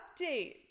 update